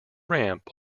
ramp